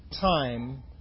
time